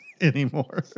Anymore